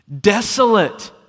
Desolate